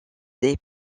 des